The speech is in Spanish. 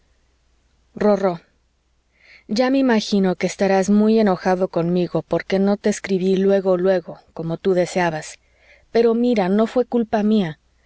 rorró ya me imagino que estarás muy enojado conmigo porque no te escribí luego luego como tú deseabas pero mira no fué por culpa mía